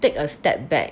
take a step back